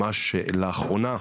ממש לאחרונה,